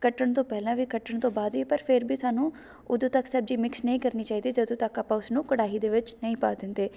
ਕੱਟਣ ਤੋਂ ਪਹਿਲਾਂ ਵੀ ਕੱਟਣ ਤੋਂ ਬਾਅਦ ਵੀ ਪਰ ਫਿਰ ਵੀ ਸਾਨੂੰ ਉਦੋਂ ਤੱਕ ਸਬਜ਼ੀ ਮਿਕਸ ਨਹੀਂ ਕਰਨੀ ਚਾਹੀਦੀ ਜਦੋਂ ਤੱਕ ਆਪਾਂ ਉਸ ਨੂੰ ਕੜਾਹੀ ਦੇ ਵਿੱਚ ਨਹੀਂ ਪਾ ਦਿੰਦੇ